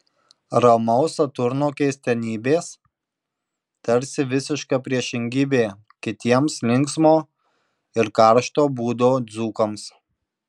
ramaus saturno keistenybės tarsi visiška priešingybė kitiems linksmo ir karšto būdo dzūkams